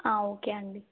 okay అండి